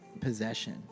Possession